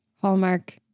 Hallmark